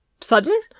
sudden